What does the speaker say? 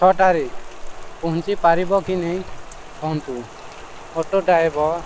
ଛଅଟାରେ ପହଁଞ୍ଚି ପାରିବ କି ନାହିଁ କୁହନ୍ତୁ ଅଟୋ ଡ୍ରାଇଭର୍